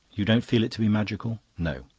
you don't feel it to be magical? no.